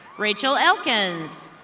rachel elkins.